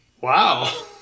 Wow